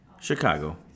Chicago